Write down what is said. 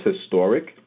historic